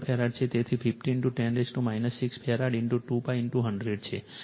તેથી 50 10 6 ફેરાડ 2π 100 છે